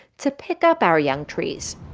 to pick up our young trees